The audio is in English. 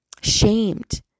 shamed